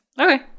Okay